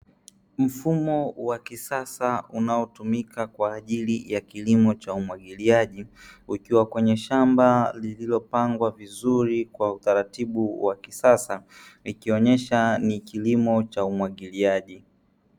Mfumo wa kisasa unaotumika kwa ajili ya kilimo cha umwagiliaji, ukiwa kwenye shamba lililopangwa vizuri kwa utaratibu wa kisasa ikionyesha ni kilimo cha umwagiliaji.